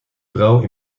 vrouw